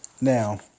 Now